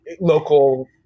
local